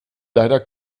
leider